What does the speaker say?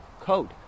code